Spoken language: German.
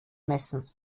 messen